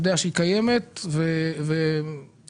יודע שהיא קיימת ומטפל בה?